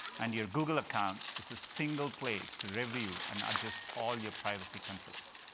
and your google account is a single place to review and adjust all your privacy controls.